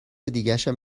دیگشم